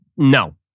No